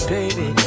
Baby